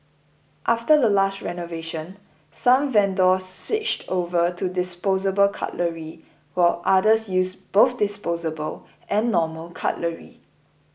after the last renovation some vendors switched over to disposable cutlery while others use both disposable and normal cutlery